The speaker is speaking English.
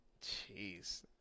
Jeez